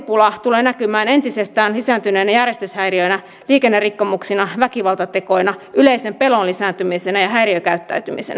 poliisipula tulee näkymään entisestään lisääntyneinä järjestyshäiriöinä liikennerikkomuksina väkivaltatekoina yleisen pelon lisääntymisenä ja häiriökäyttäytymisenä